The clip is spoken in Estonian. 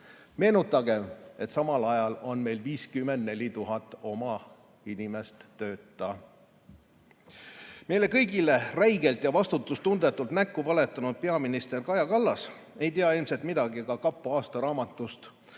Meenutagem, et samal ajal on meil 54 000 oma inimest tööta. Meile kõigile räigelt ja vastutustundetult näkku valetanud peaminister Kaja Kallas ei tea ilmselt midagi ka kapo aastaraamatust,